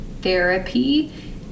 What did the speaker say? therapy